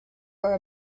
were